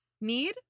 need